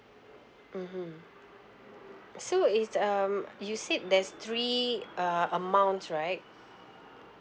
mmhmm so it's um you said there's three uh amounts right